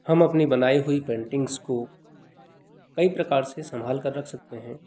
हम अपनी बनाई हुई पेटिंग्स को कई प्रकार से संभालकर रख सकते हैं